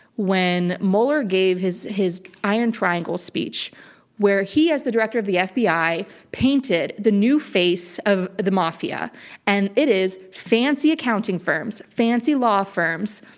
when mueller gave his his iron triangle speech where he has the director of the fbi painted the new face of the mafia and it is fancy accounting firms, fancy law firms,